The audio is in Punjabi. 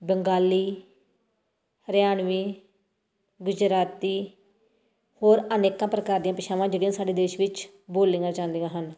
ਬੰਗਾਲੀ ਹਰਿਆਣਵੀ ਗੁਜਰਾਤੀ ਹੋਰ ਅਨੇਕਾਂ ਪ੍ਰਕਾਰ ਦੀਆਂ ਭਾਸ਼ਾਵਾਂ ਜਿਹੜੀਆਂ ਸਾਡੇ ਦੇਸ਼ ਵਿੱਚ ਬੋਲੀਆਂ ਜਾਂਦੀਆਂ ਹਨ